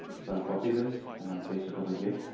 so i will copy this and and paste it over here